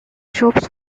shops